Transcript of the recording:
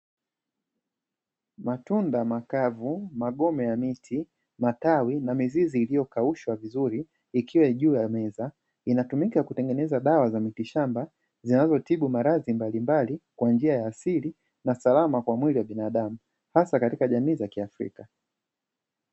Matunda makavu, magome ya miti, matawi na mizizi iliyokaushwa vizuri ikiwa juu ya meza, inatumika kutengeneza dawa za mitishamba zinazotibu maradhi mbalimbali, kwa njia za asili na salama kwa mwili wa binadamu, hasa katika jamii za kiafrika.